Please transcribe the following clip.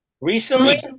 Recently